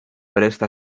presta